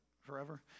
forever